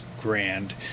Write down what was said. grand